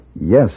Yes